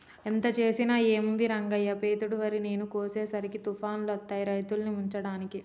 ఎంత చేసినా ఏముంది రంగయ్య పెతేడు వరి చేను కోసేసరికి తుఫానులొత్తాయి రైతుల్ని ముంచడానికి